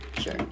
Sure